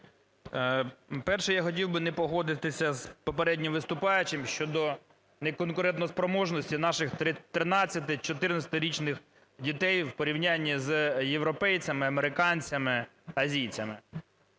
Перше. Я хотів би не погодитися з попереднім виступаючим щодо не конкурентоспроможності наших тринадцяти-, чотирнадцятирічних дітей в порівнянні з європейцями, американцями, азійцями.